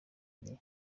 ari